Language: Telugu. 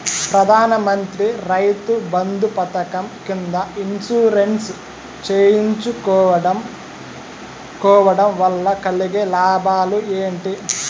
ప్రధాన మంత్రి రైతు బంధు పథకం కింద ఇన్సూరెన్సు చేయించుకోవడం కోవడం వల్ల కలిగే లాభాలు ఏంటి?